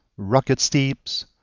rugged steeps,